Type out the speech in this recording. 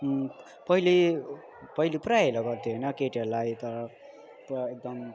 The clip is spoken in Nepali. पहिले पहिले पुरा हेला गर्थ्यो होइन केटीहरूलाई त पुरा एकदम